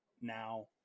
Now